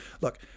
Look